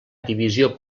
divisió